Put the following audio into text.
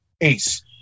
Ace